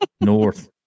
North